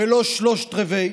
ולא שלושת רבעי,